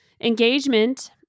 engagement